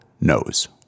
knows